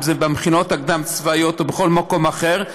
אם זה במכינות הקדם-צבאיות או בכל מקום אחר,